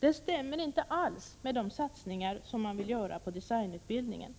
Men det stämmer inte alls med de satsningar som man vill göra på designutbildningen.